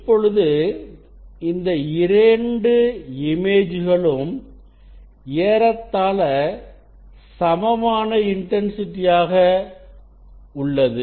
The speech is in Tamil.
இப்பொழுது இந்த இரண்டு இமேஜ் - ம் ஏறத்தாள சமமான இன்டன்சிட்டி ஆக உள்ளது